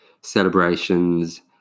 celebrations